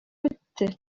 үтте